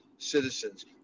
citizens